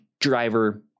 driver